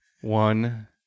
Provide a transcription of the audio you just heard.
One